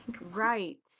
right